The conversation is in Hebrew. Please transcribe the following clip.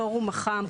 פורום אח"מ,